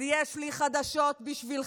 אז יש לי חדשות בשבילכם,